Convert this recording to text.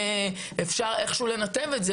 ואפשר איכשהו לנתב את זה,